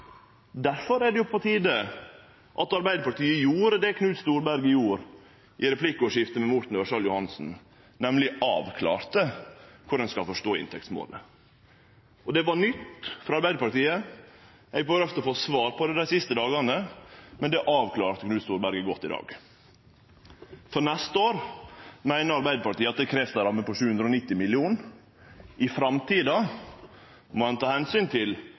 på tide at Arbeidarpartiets Knut Storberget gjorde det han gjorde i replikkordskiftet med Morten Ørsal Johansen, nemleg å avklare korleis ein skal forstå inntektsmålet. Det var nytt frå Arbeidarpartiet. Eg har prøvd å få svar på det dei siste dagane, men det avklarte Storberget godt i dag. For neste år meiner Arbeidarpartiet at det krevst ei ramme på 790 mill. kr, i framtida må ein ta omsyn til